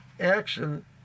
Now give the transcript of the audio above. action